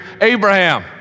Abraham